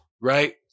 right